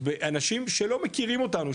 אנשים שלא מכירים אותנו,